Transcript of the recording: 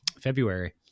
February